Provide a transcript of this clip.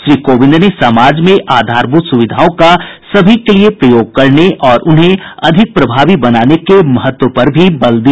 श्री कोविंद ने समाज में आधारभूत सुविधाओं का सभी के लिए प्रयोग करने और उन्हें अधिक प्रभावी बनाने के महत्व पर भी बल दिया